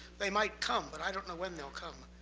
they might come, but i don't know when they'll come.